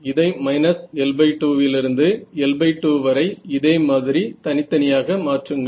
இதை L2 லிருந்து L2 வரை இதே மாதிரி தனித்தனியாக மாற்றுங்கள்